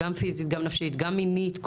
גם פיזית, גם נפשית, גם מינית.